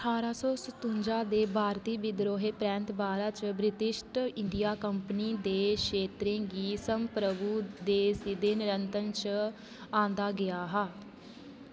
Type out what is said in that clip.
ठारां सौ सतुंजा दे भारती विद्रोह् परैंत्त भारत च ब्रिटिश ईस्ट इंडिया कंपनी दे खेतरें गी संप्रभु दे सिद्धे नियंत्रण च आंह्दा गेआ हा